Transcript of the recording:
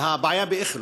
אבל הבעיה היא באיכילוב.